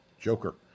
Joker